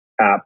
app